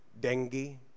Dengue